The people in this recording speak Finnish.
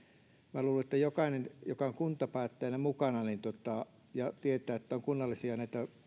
että jokainen joka on kuntapäättäjänä mukana ja tietää että on kunnallisia